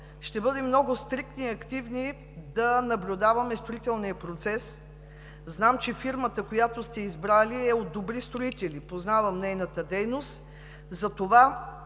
ще бъдем много стриктни и активни да наблюдаваме строителния процес. Знам, че фирмата, която сте избрали, е от добри строители – познавам нейната дейност.